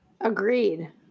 Agreed